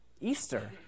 Easter